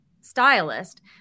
stylist